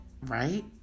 right